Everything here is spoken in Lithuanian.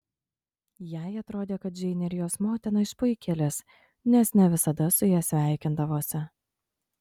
jai atrodė kad džeinė ir jos motina išpuikėlės nes ne visada su ja sveikindavosi